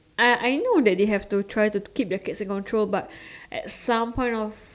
I I know that they have to try to keep their kids in control but at some point of